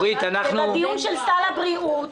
בדיון של סל הבריאות,